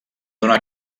donar